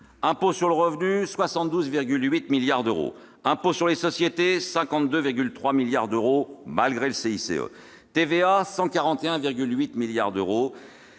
l'impôt sur le revenu, 72,8 milliards d'euros ; pour l'impôt sur les sociétés, 52,3 milliards d'euros, malgré le CICE ; pour la TVA, 141,8 milliards d'euros